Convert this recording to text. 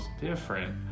different